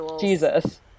Jesus